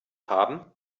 haben